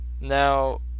Now